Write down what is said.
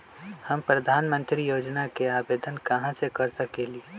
हम प्रधानमंत्री योजना के आवेदन कहा से कर सकेली?